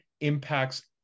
impacts